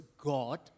God